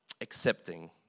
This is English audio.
accepting